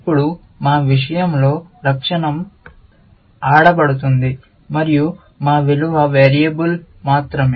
ఇప్పుడు మా విషయంలో లక్షణం ఆడబడుతుంది మరియు మా విలువ వేరియబుల్ మాత్రమే